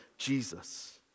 Jesus